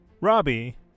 Robbie